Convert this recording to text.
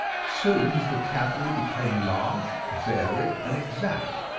soon his vocabulary became large, varied, and exact.